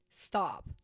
Stop